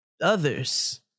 others